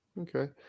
Okay